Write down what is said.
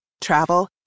travel